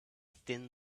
thin